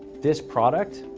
this product,